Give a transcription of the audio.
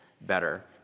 better